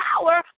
power